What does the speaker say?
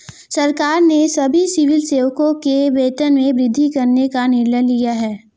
सरकार ने सभी सिविल सेवकों के वेतन में वृद्धि करने का निर्णय लिया है